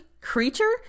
creature